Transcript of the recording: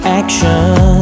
action